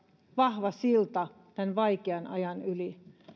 vahva silta tämän vaikean ajan yli